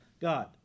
God